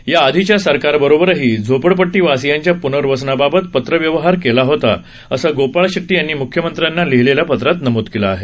याआधीच्या सरकार बरोबरही झोपडपट्टीवासियांच्या प्नर्वसनाबाबत पत्रव्यवहार केला होता असं गोपाळ शेट्टी यांनी म्ख्यमंत्र्यांना लिहिलेल्या पत्रात नमूद केलं आहे